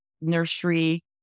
nursery